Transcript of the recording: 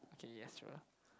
okay yes sure